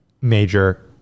major